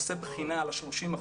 עושה בחינה על ה-30%,